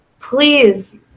please